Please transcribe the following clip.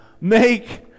make